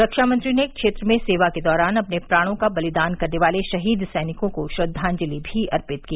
रक्षा मंत्री ने क्षेत्र में सेवा के दौरान अपने प्राणों का बलिदान करने वाले शहीद सैनिकों को श्रद्वांजलि भी अर्पित की